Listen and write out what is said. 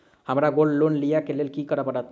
हमरा gold loan लिय केँ लेल की करऽ पड़त?